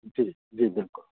जी जी बिल्कुल